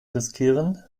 riskieren